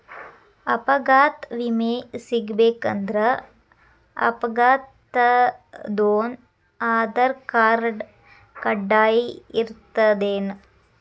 ಅಪಘಾತ್ ವಿಮೆ ಸಿಗ್ಬೇಕಂದ್ರ ಅಪ್ಘಾತಾದೊನ್ ಆಧಾರ್ರ್ಕಾರ್ಡ್ ಕಡ್ಡಾಯಿರ್ತದೇನ್?